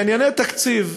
בענייני תקציב,